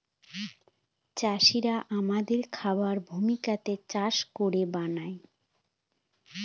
চাষিরা আমাদের খাবার ভূমিতে চাষ করে বানায়